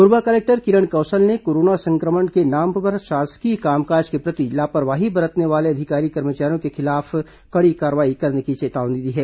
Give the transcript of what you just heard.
Korba collector Kiran Kaushal ने corona संक्रमण के नाम पर शासकीय कामकाज के प्रति लापरवाही बरतने वाले अधिकारी कर्मचारियों के खिलाफ कड़ी कार्रवाई करने की चेतावनी दी है